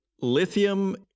Lithium